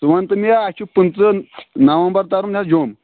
ژٕ وَن تہٕ مےٚ اَسہِ چھُ پٕنژٕ نومبَر تَرُن حظ جوٚم